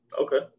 Okay